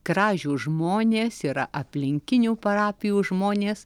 kražių žmonės yra aplinkinių parapijų žmonės